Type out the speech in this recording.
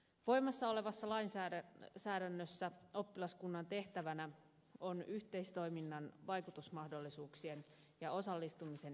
voimassa olevassa lainsäädännössä oppilaskunnan tehtävänä on yhteistoiminnan vaikutusmahdollisuuksien ja osallistumisen edistäminen